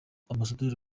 ambasaderi